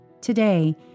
Today